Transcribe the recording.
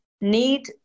need